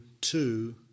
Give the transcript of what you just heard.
two